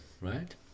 right